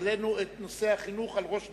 העלינו את נושא החינוך על ראש דאגתנו.